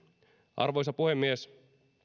arvoisa puhemies